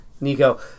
nico